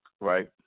right